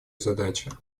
задача